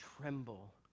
tremble